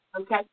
okay